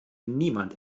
niemand